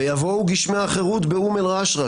ויבואו גשמי החירות באום אל רשרש,